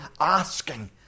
asking